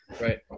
Right